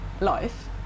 life